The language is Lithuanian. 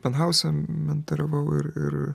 penhause mentoriavau ir ir